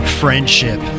friendship